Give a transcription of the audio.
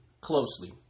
closely